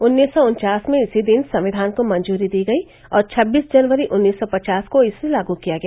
उन्नीस सौ उन्वास में इसी दिन संविधान को मंजूरी दी गयी और छब्बीस जनवरी उन्नीस सौ पचास को इसे लागू किया गया